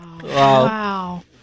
Wow